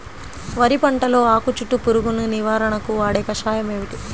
వరి పంటలో ఆకు చుట్టూ పురుగును నివారణకు వాడే కషాయం ఏమిటి?